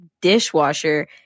dishwasher